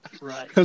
Right